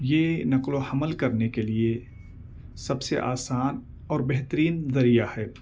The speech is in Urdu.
یہ نقل و حمل کرنے کے لیے سب سے آسان اور بہترین ذریعہ ہے